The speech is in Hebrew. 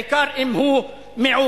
בעיקר אם הוא מיעוט.